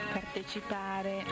partecipare